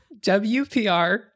WPR